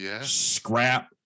scrap